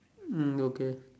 mm okay